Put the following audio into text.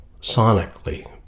sonically